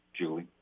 julie